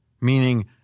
meaning